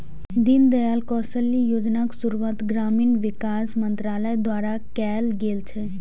दीनदयाल कौशल्य योजनाक शुरुआत ग्रामीण विकास मंत्रालय द्वारा कैल गेल छै